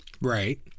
Right